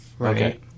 Okay